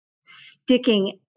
sticking